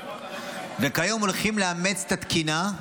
כיום הולכים לאמץ את התקינה,